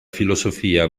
filosofia